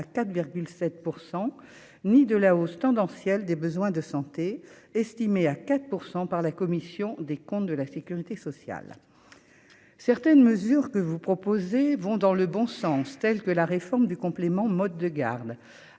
à 4 7 % ni de la hausse tendancielle des besoins de santé estimée à 4 % par la commission des comptes de la Sécurité sociale, certaines mesures que vous proposez vont dans le bon sens, tels que la réforme du complément mode de garde